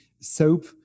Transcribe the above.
soap